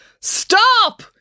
Stop